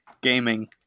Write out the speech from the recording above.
gaming